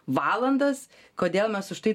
valandas kodėl mes už tai